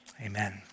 Amen